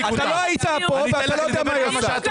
אתה לא היית פה ואתה לא יודע מה היא עושה.